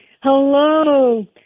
hello